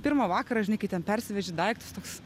pirmą vakarą žinai kaip ten persiveži daiktus toks